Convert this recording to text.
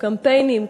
קמפיינים,